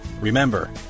Remember